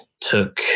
took